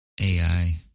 AI